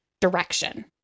direction